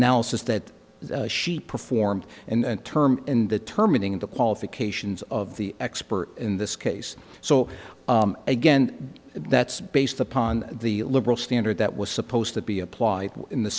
analysis that she performed and term in the terminating the qualifications of the expert in this case so again that's based upon the liberal standard that was supposed to be applied in the